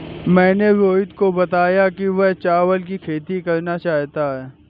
मैंने रोहित को बताया कि वह चावल की खेती करना चाहता है